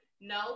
No